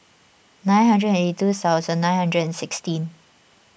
nine hundred and eighty two thousand nine hundred and sixteen